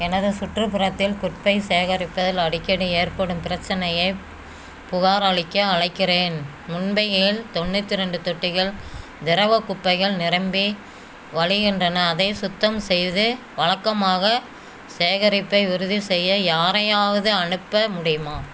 எனது சுற்றுப்புறத்தில் குப்பை சேகரிப்பதில் அடிக்கடி ஏற்படும் பிரச்சினையைப் புகாரளிக்க அழைக்கிறேன் மும்பையில் தொண்ணூற்றி ரெண்டு தொட்டிகள் திரவக் குப்பைகள் நிரம்பி வழிகின்றன அதைச் சுத்தம் செய்து வழக்கமாக சேகரிப்பை உறுதி செய்ய யாரையாவது அனுப்ப முடியுமா